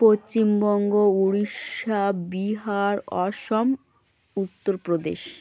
Paschimbanga Orissa Bihar Assam Uttar Pradesh